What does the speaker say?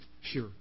Sure